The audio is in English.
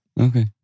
Okay